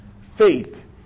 Faith